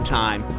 time